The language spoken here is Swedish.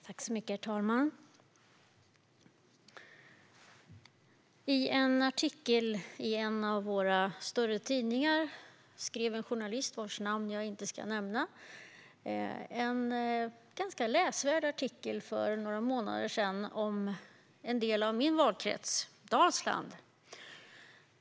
Herr talman! I en av våra större tidningar skrev en journalist, vars namn jag inte ska nämna, för några månader sedan en ganska läsvärd artikel om en del av min valkrets, Dalsland.